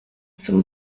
zum